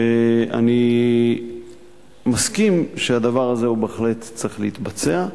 ואני מסכים שהדבר הזה בהחלט צריך להתבצע.